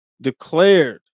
declared